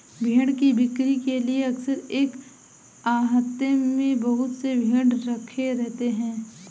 भेंड़ की बिक्री के लिए अक्सर एक आहते में बहुत से भेंड़ रखे रहते हैं